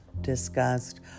discussed